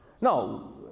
No